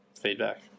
Feedback